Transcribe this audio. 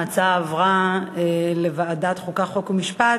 ההצעה עברה לוועדת החוקה, חוק ומשפט.